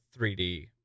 3D